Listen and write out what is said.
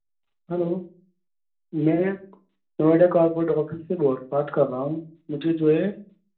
hello میں Noida corporate office سے بول بات کر رہا ہوں مجھے جو ہے